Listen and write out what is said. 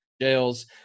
jails